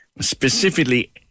Specifically